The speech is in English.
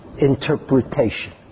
interpretation